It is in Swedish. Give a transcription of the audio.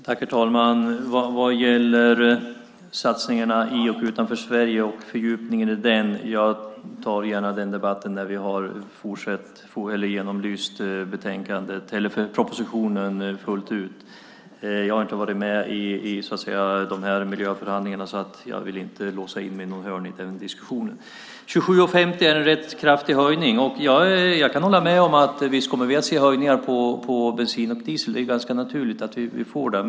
Herr talman! Vad gäller satsningarna i och utanför Sverige och fördjupningen i detta vill jag gärna ta den debatten när vi har genomlyst propositionen fullt ut. Jag har inte varit med i miljöförhandlingarna, så jag vill inte måla in mig i något hörn i den diskussionen. 27:50 är en rätt kraftig höjning. Jag kan hålla med om att vi kommer att se höjningar på bensinpriset; det är naturligt att vi får det.